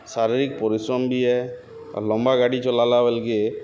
ଶାରୀରିକ୍ ପରିଶ୍ରମ୍ ବି ଆଏ ଆଉ ଲମ୍ବା ଗାଡ଼ି ଚଲାଲା ବେଲ୍କେ